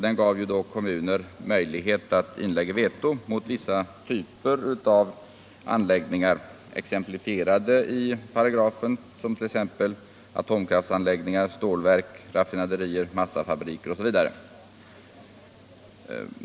Den gav kommuner möjlighet att inlägga veto mot vissa typer av anläggningar, i paragrafen exemplifierade med atomkraftsanläggningar, stålverk, raffinaderier, massafabriker, osv.